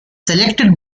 selected